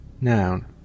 Noun